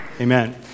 Amen